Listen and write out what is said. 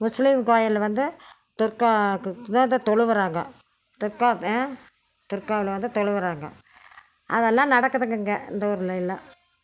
முஸ்லீம் கோவிலு வந்து தர்காக்கு வேதம் தொழுகிறாங்க தர்காக்கு தர்கால வந்து தொழுகிறாங்க அதெல்லாம் நடக்குதுங்க இங்கே இந்த ஊரில் எல்லாம்